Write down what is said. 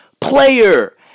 player